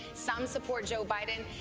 some support joe biden.